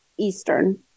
Eastern